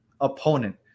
opponent